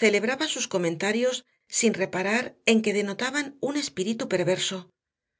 celebraba sus comentarios sin reparar en que denotaban un espíritu perverso